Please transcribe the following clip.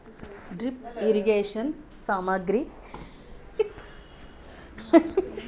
drip irrigation సామాగ్రి కొనుగోలుకు కావాల్సిన ఖర్చు ఎంత